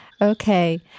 Okay